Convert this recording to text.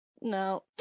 No